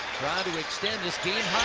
to extend this game